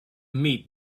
meet